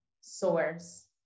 source